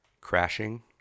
Crashing